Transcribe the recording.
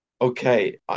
Okay